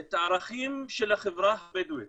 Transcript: את הערכים של החברה הבדואית,